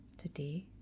today